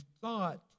thought